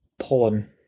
Pollen